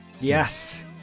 Yes